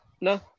No